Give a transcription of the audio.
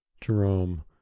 Jerome